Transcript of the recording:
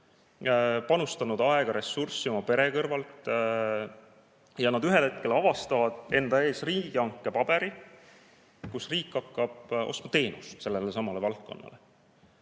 panustanud aega-ressurssi oma pere kõrvalt, ning ühel hetkel nad avastavad enda ees riigihanke paberi, kus riik hakkab ostma teenust sellelesamale valdkonnale.